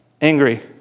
angry